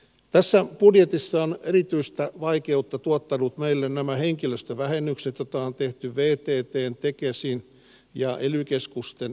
tässä budjetissaan erityistä vaikeutta tuottanut meille nämä henkilöstövähennyksetuttaan tehty vei teepee tekesin ja ely keskusten